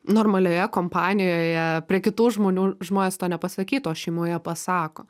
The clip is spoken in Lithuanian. normalioje kompanijoje prie kitų žmonių žmonės to nepasakytų o šeimoje pasako